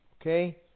okay